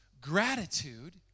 gratitude